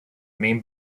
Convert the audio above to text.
main